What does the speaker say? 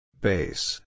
Base